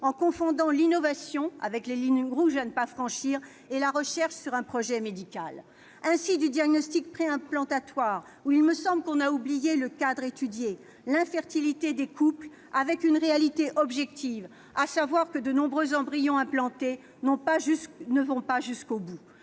en confondant l'innovation avec les lignes rouges à ne pas franchir et la recherche sur un projet médical. Il en est ainsi du diagnostic préimplantatoire, à propos duquel, me semble-t-il, on a oublié le cadre étudié : l'infertilité des couples avec une réalité objective, à savoir que de nombreux embryons implantés n'iront pas jusqu'au bout.